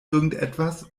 irgendetwas